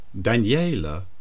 Daniela